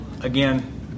Again